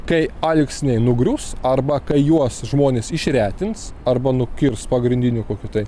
kai alksniai nugrius arba kai juos žmonės išretins arba nukirs pagrindiniu kokiu tai